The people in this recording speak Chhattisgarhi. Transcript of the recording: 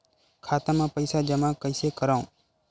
खाता म पईसा जमा कइसे करव?